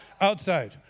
Outside